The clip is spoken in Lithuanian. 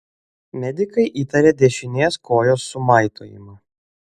medikai įtarė dešinės kojos sumaitojimą